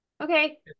Okay